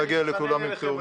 להגיע עם כולם לתיאומים.